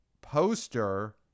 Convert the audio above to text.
poster